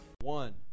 One